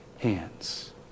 Hands